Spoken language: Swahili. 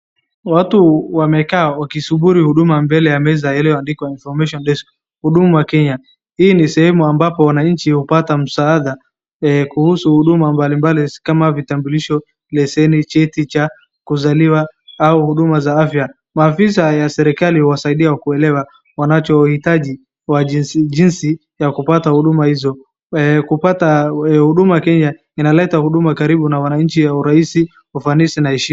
Watu wamekaa wakisubiri huiduma mbele ya meza iliyoandikwa information desk huduma Kenya. Hii ni sehemu ambapo wananchi hupata msaada kuhusu huduma mbali mbali kama vitambulisho, lesheni, cheti cha kuzaliwa au huduma za afya. Maafisa wa serikali huwasaidia kuelewa wanachohitaji jinsi ya kupata huduma hizo. Kupata huduma Kenya, inaleta huduma karibu na wananchi ya urahisi, ufanisi na heshima.